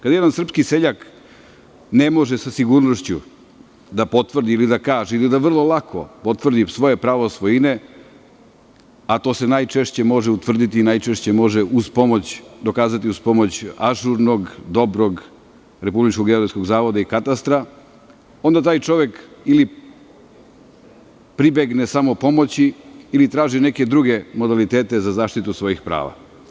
Kada jedan srpski seljak ne može sa sigurnošću da potvrdi ili da kaže ili da vrlo lako potvrdi svoje pravo svojine, a to se najčešće može utvrditi, dokazati uz pomoć ažurnog dobrog RGZ i katastra, onda taj čovek i pribegne samopomoći ili traži neke druge modalitete za zaštitu svojih prava.